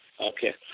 Okay